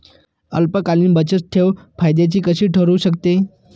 अल्पकालीन बचतठेव फायद्याची कशी ठरु शकते?